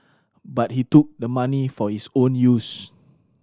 but he took the money for his own use